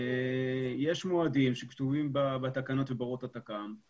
אני פותח את ישיבת ועדת העלייה, הקליטה והתפוצות.